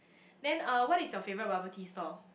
then uh what is your favourite bubble tea store